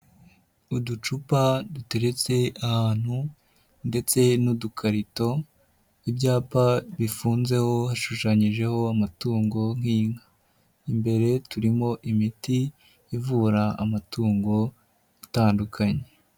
Uducupa duteretse ahantu ndetse n'udukarito, ibyapa bifunzeho hashushanyijeho amatungo nk'inka, imbere turimo imiti ivura amatungo atandukanye.